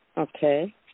Okay